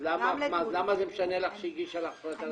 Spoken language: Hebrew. אז למה זה משנה לך שהיא הגישה 7,000 שקלים?